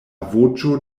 voĉo